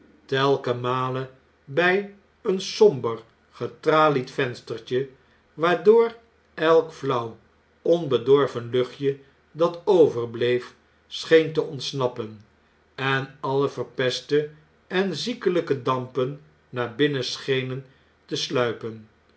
telkenmale bij een somber getralied venstertje waardoor elk fiauw onbedorven luchtje dat overbleef scheen te ontsnappen en alle verpeste en ziekelijke dampen naar binnen schenen te sluipen